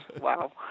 Wow